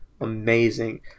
amazing